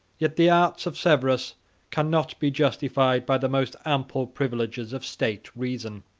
yet the arts of severus cannot be justified by the most ample privileges of state reason.